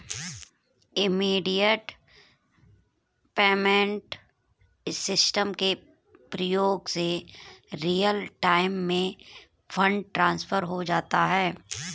immediate payment system के प्रयोग से रियल टाइम में फंड ट्रांसफर हो जाता है